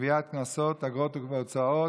לגביית קנסות, אגרות והוצאות